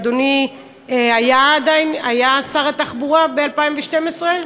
אדוני היה שר התחבורה ב-2012?